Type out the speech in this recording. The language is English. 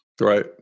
Right